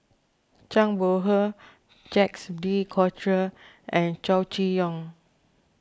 Zhang Bohe Jacques De Coutre and Chow Chee Yong